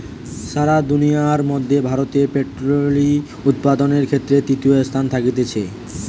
সারা দুনিয়ার মধ্যে ভারতে পোল্ট্রি উপাদানের ক্ষেত্রে তৃতীয় স্থানে থাকতিছে